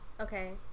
Okay